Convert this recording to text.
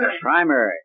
primary